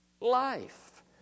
life